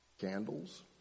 candles